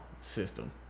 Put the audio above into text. system